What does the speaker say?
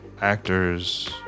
actors